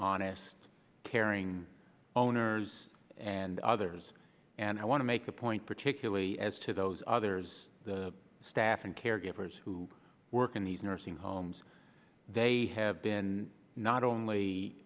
honest caring owners and others and i want to make the point particularly as to those others the staff and caregivers who work in these nursing homes they have been not only